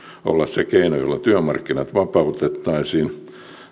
olla se keino jolla työmarkkinat vapautettaisiin